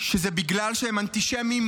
שזה בגלל שהם אנטישמיים,